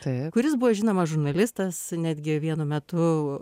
taip kuris buvo žinomas žurnalistas netgi vienu metu